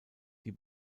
die